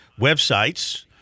websites